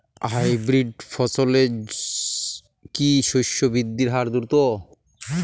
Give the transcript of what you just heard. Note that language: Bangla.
হাইব্রিড ফসলের কি শস্য বৃদ্ধির হার দ্রুত?